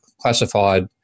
classified